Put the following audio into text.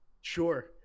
Sure